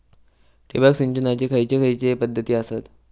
ठिबक सिंचनाचे खैयचे खैयचे पध्दती आसत?